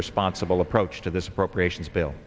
responsible approach to this appropriations bill